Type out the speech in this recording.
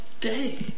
day